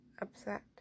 upset